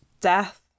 death